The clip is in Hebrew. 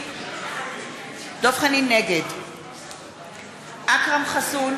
נגד אכרם חסון,